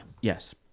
Yes